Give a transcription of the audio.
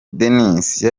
denise